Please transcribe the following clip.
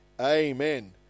amen